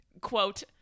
quote